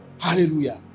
Hallelujah